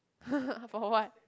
for what